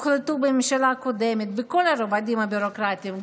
הוחלטו בממשלה הקודמת בכל הרבדים הביורוקרטיים,